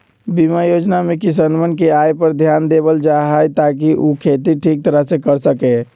बीमा योजना में किसनवन के आय पर ध्यान देवल जाहई ताकि ऊ खेती ठीक तरह से कर सके